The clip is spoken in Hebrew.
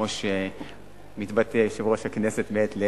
כמו שמתבטא יושב-ראש הכנסת מעת לעת,